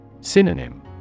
Synonym